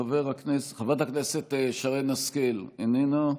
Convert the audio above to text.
חבר הכנסת חברת הכנסת שרן השכל, איננה.